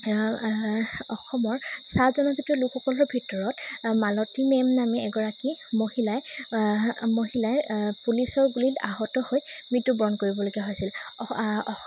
অসমৰ চাহ জনজাতীৰ লোকসকলৰ ভিতৰত মালতী মেম নামে এগৰাকী মহিলাই মহিলাই পুলিচৰ গুলিত আহত হৈ মৃত্যুবৰণ কৰিবলগীয়া হৈছিল